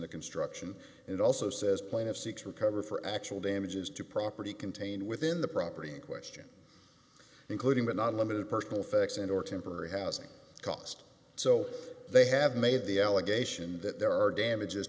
the construction and it also says plaintiff six recover for actual damages to property contained within the property in question including but not limited personal effects and or temporary housing cost so they have made the allegation that there are damages